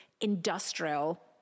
industrial